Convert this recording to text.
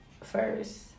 first